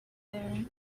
there